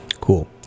cool